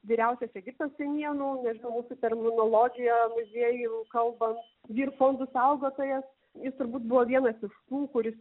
vyriausias egipto senienų nežinau terminologija muziejų kalbant vyr fondų saugotojas jis turbūt buvo vienas iš tų kuris